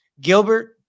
Gilbert